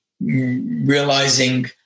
realizing